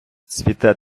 цвіте